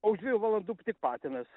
o už dviejų valandų tik patinas